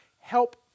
help